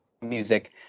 music